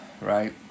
right